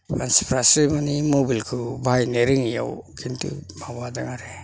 मानसिफ्रासो मानि मबेल खौ बाहायनो रोङैआव खिन्थु माबादों आरो